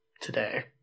today